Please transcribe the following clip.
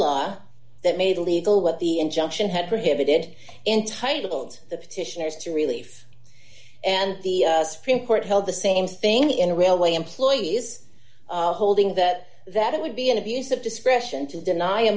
law that made illegal what the injunction had prohibited entitled the petitioners to relief and the supreme court held the same thing in a railway employees holding that that it would be an abuse of discretion to deny a